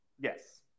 Yes